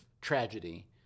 tragedy